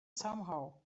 somehow